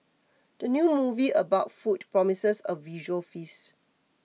the new movie about food promises a visual feast